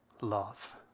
love